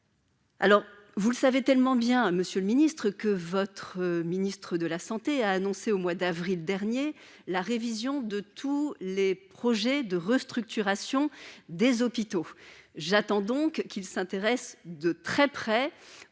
Alors, vous le savez, tellement bien monsieur le ministre, que votre ministre de la Santé a annoncé au mois d'avril dernier, la révision de tous les projets de restructuration des hôpitaux, j'attends donc qu'il s'intéresse de très près